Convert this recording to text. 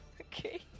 okay